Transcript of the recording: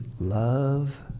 Love